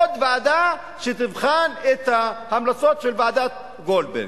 ועוד ועדה שתבחן את ההמלצות של ועדת-גולדברג.